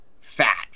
fat